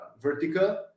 vertical